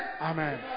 Amen